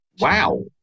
wow